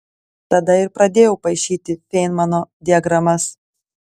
tada ir pradėjau paišyti feinmano diagramas